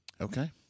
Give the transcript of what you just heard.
Okay